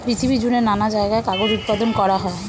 পৃথিবী জুড়ে নানা জায়গায় কাগজ উৎপাদন করা হয়